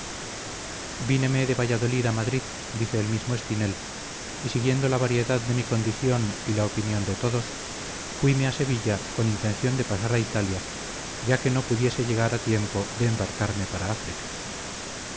víneme de valladolid a madrid dice el mismo espinel y siguiendo la variedad de mi condición y la opinión de todos fuime a sevilla con intención de pasar a italia ya que no pudiese llegar a tiempo de embarcarme para áfrica